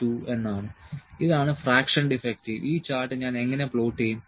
2 എന്നാണ് ഇതാണ് fraction defective ഈ ചാർട്ട് ഞാൻ എങ്ങനെ പ്ലോട്ട് ചെയ്യും